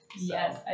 Yes